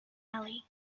alley